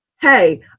Hey